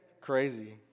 crazy